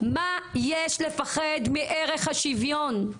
מה יש לפחד מערך השוויון?